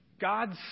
God's